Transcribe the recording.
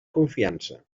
confiança